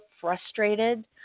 frustrated